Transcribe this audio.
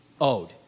owed